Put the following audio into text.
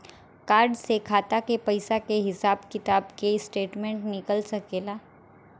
Card से खाता के पइसा के हिसाब किताब के स्टेटमेंट निकल सकेलऽ?